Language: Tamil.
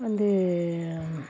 வந்து